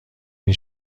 این